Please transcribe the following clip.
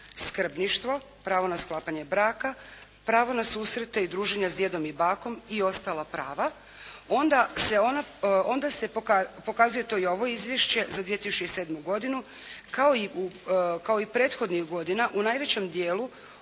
skrbništvo, pravo na sklapanje braka, pravo na susrete i druženja s djedom i bakom i ostala prava, onda se, pokazuje to i ovo izvješće za 2007. godinu kao i prethodnih godina u najvećem dijelu